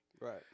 Right